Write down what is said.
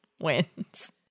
wins